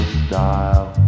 style